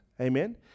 Amen